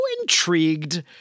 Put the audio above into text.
intrigued